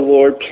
Lord